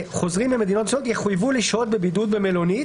יחויבו לשהות בבידוד במלונית